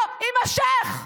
לא יימשך.